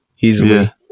easily